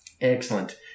Excellent